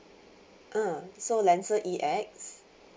uh so lancer E X